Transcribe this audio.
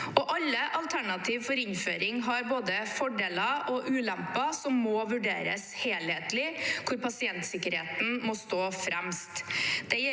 Alle alternativ for innføring har både fordeler og ulemper som må vurderes helhetlig, hvor pasientsikkerheten må stå fremst.